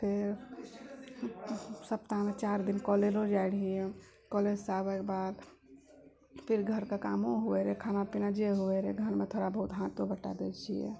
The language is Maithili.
फेर सप्ताहमे चारि दिन कॉलेजो जाइ रहियै कॉलेजसँ आबयके बाद फेर घरके कामो होइ रहय खाना पीना जे होइ रहय घरमे थोड़ा बहुत हाथो बँटा दै छियै